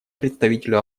представителю